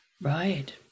Right